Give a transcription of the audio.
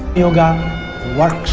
yoga works.